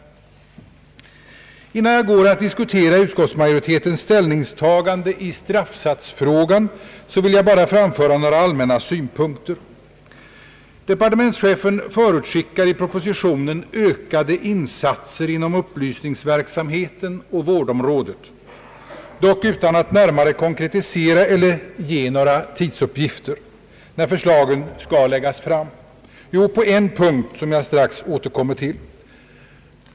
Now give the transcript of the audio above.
Innan jag går över till att diskutera utskottsmajoritetens ställningstagande i straffsatsfrågan, vill jag bara framföra några allmänna synpunkter. Departementschefen förutskickar i propositionen ökade insatser inom upplysningsverksamheten och vårdområdet, dock utan att närmare konkretisera eller ge några tidsuppgifter om när förslagen skall läggas fram — jo, på en punkt som jag strax återkommer till.